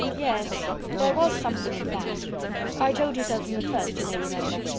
yes, there was something in that i told you so from the first, you may remember.